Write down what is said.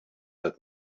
that